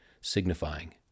signifying